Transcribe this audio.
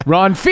Ron